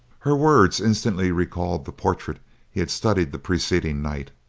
her words instantly recalled the portrait he had studied the preceding night,